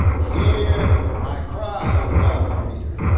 here my cry oh god the reader.